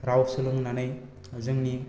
राव सोलोंनानै जोंनि